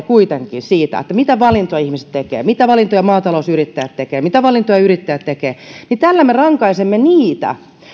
kuitenkin siitä mitä valintoja ihmiset tekevät mitä valintoja maatalousyrittäjät tekevät mitä valintoja yrittäjät tekevät niin tällä me rankaisemme niitä